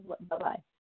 Bye-bye